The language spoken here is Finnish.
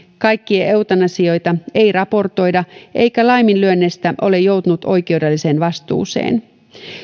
kaikkia eutanasioita ei raportoida eikä laiminlyönneistä ole joutunut oikeudelliseen vastuuseen